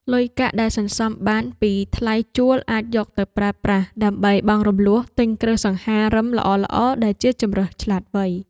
លុយកាក់ដែលសន្សំបានពីថ្លៃជួលអាចយកទៅប្រើប្រាស់ដើម្បីបង់រំលស់ទិញគ្រឿងសង្ហារិមល្អៗដែលជាជម្រើសឆ្លាតវៃ។